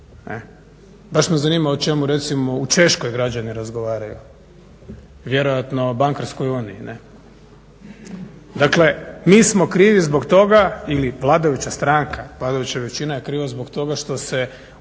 Baš me zanima o čemu recimo u Češkoj građani razgovaraju, vjerojatno o bankarskoj uniji, ne? Dakle, mi smo krivi zbog toga ili vladajuća stranka, vladajuća većina je kriva zbog toga što se u